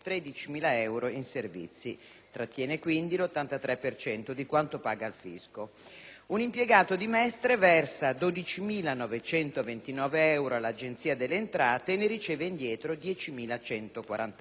trattiene quindi l'83 per cento di quanto paga al fisco. Un impiegato di Mestre versa 12.929 euro all'Agenzia delle entrate e ne riceve indietro 10.147; l'82